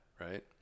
right